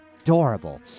adorable